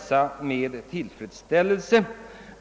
jag med tillfredsställelse.